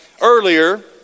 earlier